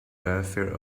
welfare